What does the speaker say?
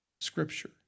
scripture